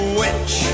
witch